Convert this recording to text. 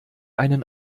einen